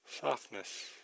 softness